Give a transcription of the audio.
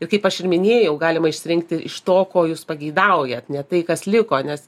ir kaip aš ir minėjau galima išsirinkti iš to ko jūs pageidaujat ne tai kas liko nes